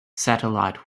satellite